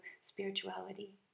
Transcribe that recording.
spirituality